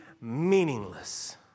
meaningless